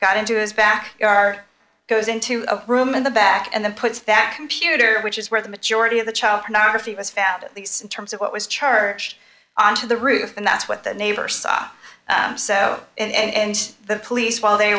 got into his back there are goes into a room in the back and then puts that computer which is where the majority of the child pornography was found at least in terms of what was church onto the roof and that's what the neighbor saw so and the police while they